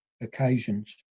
occasions